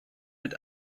mit